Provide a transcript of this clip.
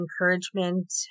encouragement